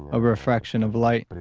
a refraction of light, but